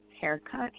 haircut